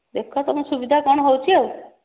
ଦେଖ ତୁମ ସୁବିଧା କ'ଣ ହେଉଛି ଆଉ